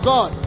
God